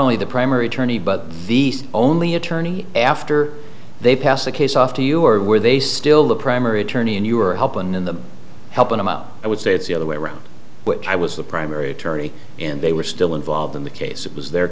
only the primary attorney but the only attorney after they passed the case off to you or were they still the primary attorney and you were helping in the helping them out i would say it's the other way around which i was the primary attorney and they were still involved in the case it was their